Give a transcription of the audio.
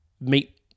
meet